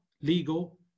legal